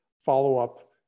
follow-up